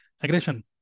Aggression